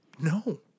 no